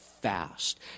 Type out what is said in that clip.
fast